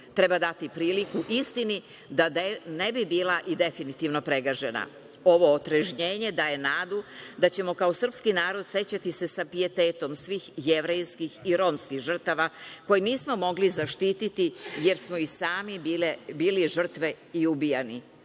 Treba dati priliku istini da ne bi bila i definitivno pregažena. Ovo otrežnjenje daje nadu da ćemo, kao srpski narod sećati se sa pijetetom svih jevrejskih i romskih žrtava, koje nismo mogli zaštiti, jer smo i sami bili žrtve i ubijani.